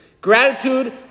Gratitude